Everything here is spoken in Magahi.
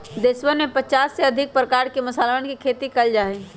देशवन में पचास से अधिक प्रकार के मसालवन के खेती कइल जा हई